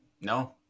No